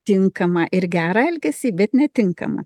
tinkamą ir gerą elgesį bet netinkamą